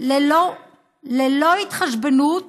ללא התחשבנות